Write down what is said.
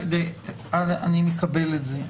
אני מקבל את זה.